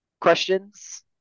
questions